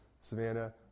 Savannah